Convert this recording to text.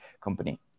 company